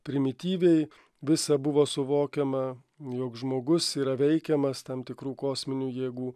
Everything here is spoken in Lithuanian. primityviai visa buvo suvokiama jog žmogus yra veikiamas tam tikrų kosminių jėgų